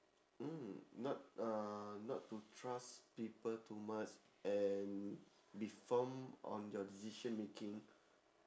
mm not uh not to trust people too much and be firm on your decision making